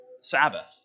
Sabbath